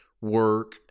work